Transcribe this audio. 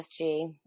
SG